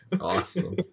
Awesome